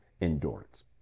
endurance